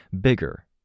Bigger